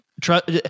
Trust